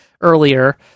earlier